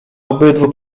obydwu